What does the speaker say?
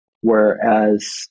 Whereas